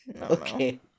Okay